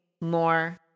more